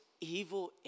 evil